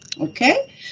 okay